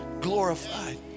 glorified